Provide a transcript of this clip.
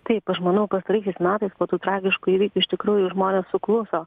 taip aš manau pastaraisiais metais po tų tragiškų įvykių iš tikrųjų žmonės sukluso